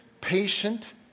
patient